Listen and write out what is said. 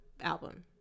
album